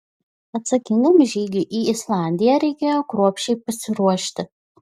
atsakingam žygiui į islandiją reikėjo kruopščiai pasiruošti